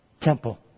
temple